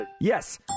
Yes